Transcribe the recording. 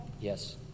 Yes